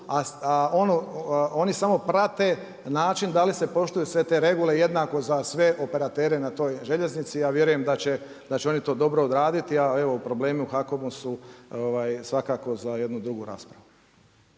a oni samo prate način da li se poštuju sve te regule jednako za sve operatere na toj željeznici. Ja vjerujem da će oni to dobro odraditi, a evo problemi u HAKOM-u su svakako za jednu drugu raspravu.